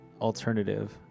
alternative